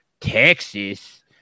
Texas